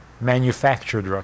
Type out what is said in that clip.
manufactured